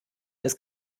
ist